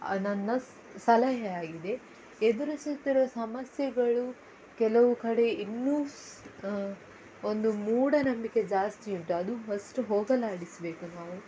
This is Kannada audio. ನನ್ನ ಸಲಹೆಯಾಗಿದೆ ಎದುರಿಸುತ್ತಿರುವ ಸಮಸ್ಯೆಗಳು ಕೆಲವು ಕಡೆ ಇನ್ನೂ ಒಂದು ಮೂಢನಂಬಿಕೆ ಜಾಸ್ತಿ ಉಂಟು ಅದು ಫಸ್ಟ್ ಹೋಗಲಾಡಿಸಬೇಕು ನಾವು